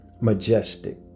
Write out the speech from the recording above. majestic